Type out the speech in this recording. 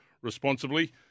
responsibly